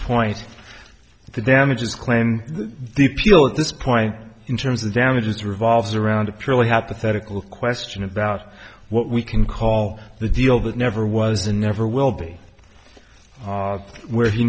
point the damages claim the appeal at this point in terms of damages revolves around a purely hypothetical question about what we can call the deal that never was and never will be where he